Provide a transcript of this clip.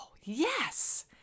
Yes